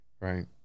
right